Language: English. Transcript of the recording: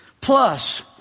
Plus